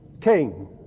King